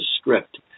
script